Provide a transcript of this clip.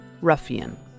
Ruffian